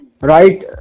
Right